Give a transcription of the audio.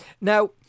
Now –